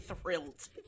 thrilled